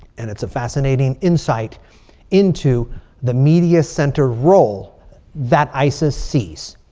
and it's a fascinating insight into the media center role that isis sees.